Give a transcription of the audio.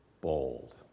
bold